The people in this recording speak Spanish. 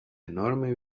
enorme